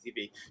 TV